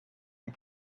and